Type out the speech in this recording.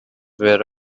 were